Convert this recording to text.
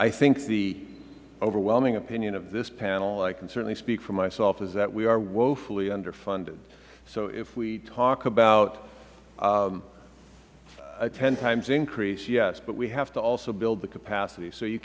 i think the overwhelming opinion of this panel i can certainly speak for myself is that we are woefully underfunded so if we talk about a ten times increase yes but we also have to also build the capacity so you